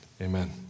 Amen